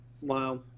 Wow